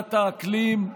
לוועידת האקלים,